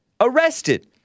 Arrested